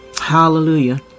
Hallelujah